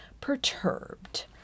perturbed